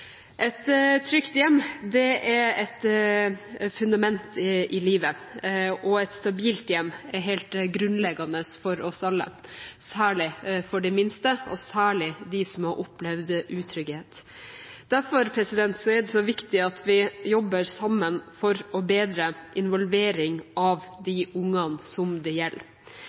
Et trygt hjem er et fundament i livet, og et stabilt hjem er helt grunnleggende for oss alle, særlig for de minste og særlig for dem som har opplevd utrygghet. Derfor er det så viktig at vi jobber sammen for en bedre involvering av de ungene det gjelder.